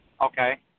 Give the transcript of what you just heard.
Okay